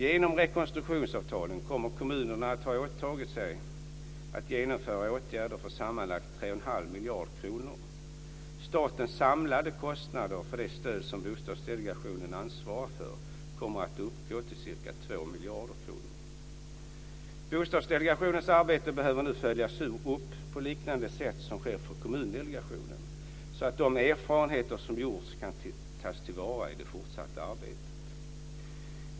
Genom rekonstruktionsavtalen kommer kommunerna att ha åtagit sig att genomföra åtgärder för sammanlagt ca 3 1⁄2 miljarder kronor. Statens samlade kostnader för det stöd som Bostadsdelegationen ansvarar för kommer att uppgå till ca 2 miljarder kronor. Bostadsdelegationens arbete behöver nu följas upp, på liknande sätt som sker för Kommundelegationen, så att de erfarenheter som gjorts kan tillvaratas i det fortsatta arbetet.